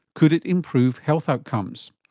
could it improve health outcomes?